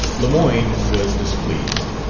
lemoyne was displeased